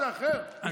לא,